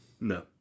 No